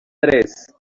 tres